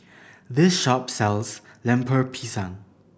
this shop sells Lemper Pisang